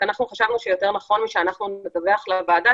רק חשבנו שיותר נכון מזה שאנחנו נדווח לוועדה,